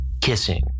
kissing